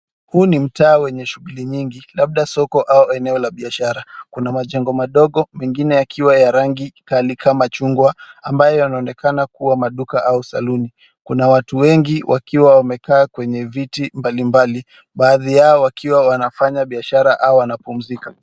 Huu ni mtaa wenye shughuli nyingi, labda soko au eneo la biashara. Kuna majengo madongo, mengine yakiwa ya rangi kali kama chungwa, ambayo yanaonekana kuwa maduka au saluni. Kuna watu wengi wakiwa wamekaa kwenye viti mbali mbali, baadhi yao wakiwa wanafanya biashara au wanapumzika.